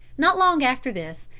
not long after this,